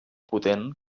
potent